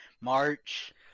March